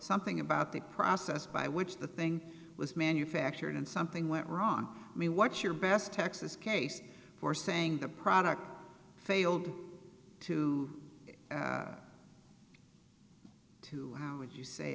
something about the process by which the thing was manufactured and something went wrong i mean what's your best texas case for saying the product failed to two would you